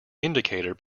indicator